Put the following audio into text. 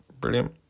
Brilliant